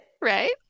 Right